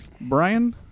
Brian